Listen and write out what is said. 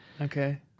Okay